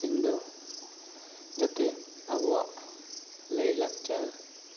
ᱤᱧ ᱫᱚ ᱡᱟᱛᱮ ᱟᱵᱚᱣᱟᱜ ᱞᱟᱭ ᱞᱟᱠᱪᱟᱨ